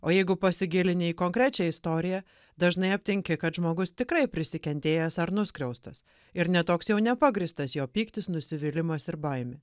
o jeigu pasigilinę į konkrečią istoriją dažnai aptinki kad žmogus tikrai prisikentėjęs ar nuskriaustas ir ne toks jau nepagrįstas jo pyktis nusivylimas ir baimė